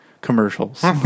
Commercials